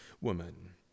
woman